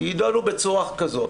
יידונו בצורה כזאת.